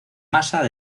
masa